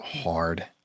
hard